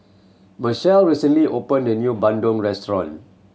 Marcelle recently opened a new bandung restaurant